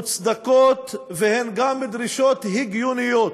מוצדקות, והן גם דרישות הגיוניות.